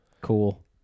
Cool